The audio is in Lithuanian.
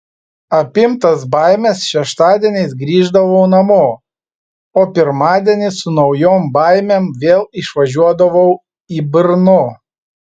apimtas baimės šeštadieniais grįždavau namo o pirmadienį su naujom baimėm vėl išvažiuodavau į brno